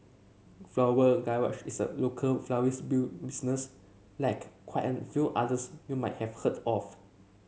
Floral Garage is a local florist built business like quite an few others you might have heard of